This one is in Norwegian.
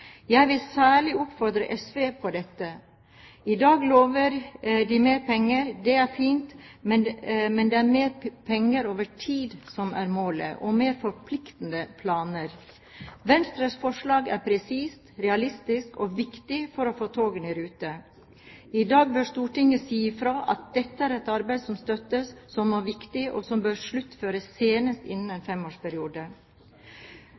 Jeg vil særlig utfordre SV på dette. I dag lover de mer penger. Det er fint. Men det er mer penger over tid som er målet, og mer forpliktende planer. Venstres forslag er presist, realistisk og viktig for å få togene i rute. I dag bør Stortinget si fra om at dette er et arbeid som støttes, som er viktig, og som bør sluttføres senest innen en